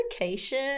location